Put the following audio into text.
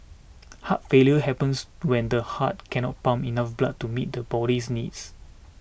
heart failure happens when the heart cannot pump enough blood to meet the body's needs